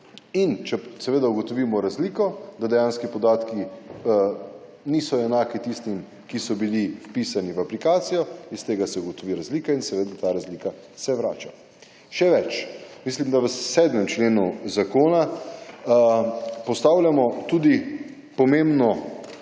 In, če seveda ugotovimo razliko, da dejanski podatki niso enaki tistim, ki so bili vpisani v aplikacijo, iz tega se ugotovi razlika in se ta razlika se vrača. Še več, mislim, da v 7. členu zakonu postavljamo tudi pomembno